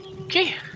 okay